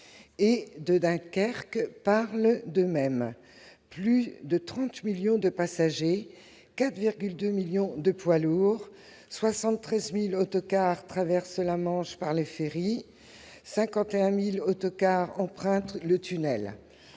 et de Dunkerque parlent d'eux-mêmes : plus de 30 millions de passagers, 4,2 millions de poids lourds, 73 000 autocars traversent la Manche par les ferries, et 51 000 autocars empruntent le tunnel.